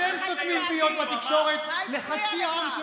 אתם סותמים פיות בתקשורת לחצי עם,